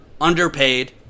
underpaid